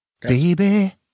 baby